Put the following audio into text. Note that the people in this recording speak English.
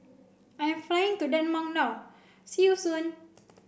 I am flying to Denmark now see you soon